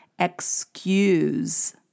excuse